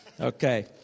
Okay